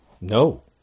no